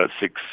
six